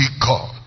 god